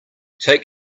take